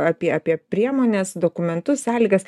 apie apie priemones dokumentus sąlygas